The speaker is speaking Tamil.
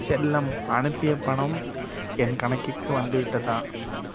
செல்லம் அனுப்பிய பணம் என் கணக்கிற்கு வந்துவிட்டதா